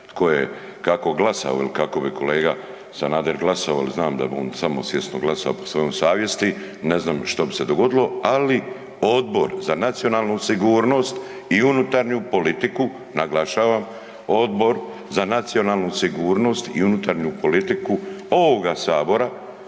tko je kako glasao il kako bi kolega Sanader glasovao jel znam da bi on samosvjesno glasao po svojoj savjesti, ne znam što bi se dogodilo, ali Odbor za nacionalnu sigurnost i unutarnju politiku, naglašavam, Odbor za nacionalnu sigurnost i unutarnju politiku ovoga sabora,